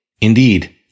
Indeed